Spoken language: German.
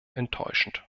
enttäuschend